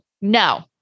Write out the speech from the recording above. no